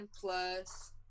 plus